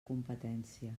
competència